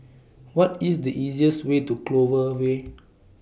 What IS The easiest Way to Clover Way